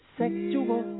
sexual